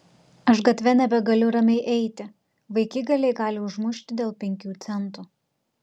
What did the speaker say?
aš gatve nebegaliu ramiai eiti vaikigaliai gali užmušti dėl penkių centų